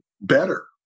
better